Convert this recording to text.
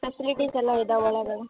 facilities ಎಲ್ಲ ಇದಾವ ಒಳಗಡೆ